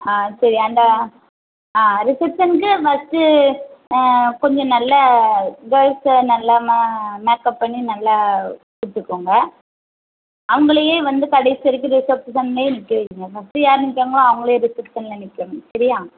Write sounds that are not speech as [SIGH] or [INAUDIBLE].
ஆ சரி அந்த ஆ ரிசப்ஷனுக்கு ஃபஸ்ட்டு கொஞ்சம் நல்ல கேர்ள்ஸை நல்ல ம மேக்கப் பண்ணி நல்ல [UNINTELLIGIBLE] அவங்களயே வந்து கடைசி வரைக்கும் ரிசப்ஷன்லே நிற்க வைங்க ஃபஸ்ட்டு யார் நிற்கிறாங்களோ அவங்களையே ரிசப்ஷன்ல நிற்க வைங்க சரியா